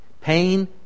Pain